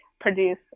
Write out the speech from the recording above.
produce